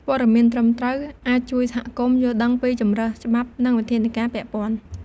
ព័ត៌មានត្រឹមត្រូវអាចជួយសហគមន៍យល់ដឹងពីជម្រើសច្បាប់និងវិធានការពាក់ព័ន្ធ។